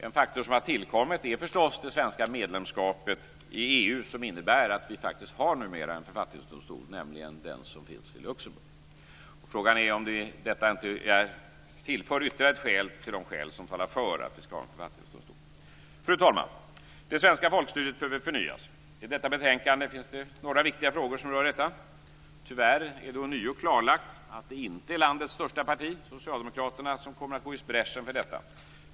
En faktor som har tillkommit är förstås det svenska medlemskapet i EU, som innebär att vi numera har en författningsdomstol, nämligen den som finns i Luxemburg. Frågan är om detta tillför ytterligare ett skäl till de skäl som talar för att vi skall ha en författningsdomstol. Fru talman! Det svenska folkstyret behöver förnyas. I detta betänkande behandlas några viktiga frågor som rör detta. Tyvärr är det ånyo klarlagt att det inte är landets största parti, Socialdemokraterna, som kommer att gå i bräschen för detta.